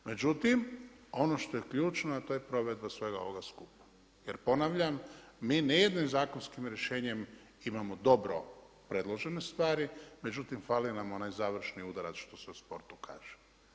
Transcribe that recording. Međutim, ono što je ključno a to je provedba svega ovoga skupa jer ponavljam, mi nijednim zakonskim rješenjem imamo dobro predložene stvari, međutim fali nam onaj završni udarac što se u sportu kaže.